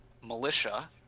Militia